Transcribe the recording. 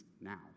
now